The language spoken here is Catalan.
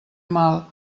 mal